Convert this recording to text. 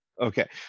okay